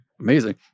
amazing